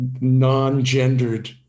non-gendered